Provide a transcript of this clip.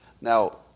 Now